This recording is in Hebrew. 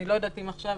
אני לא יודעת אם עכשיו,